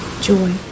joy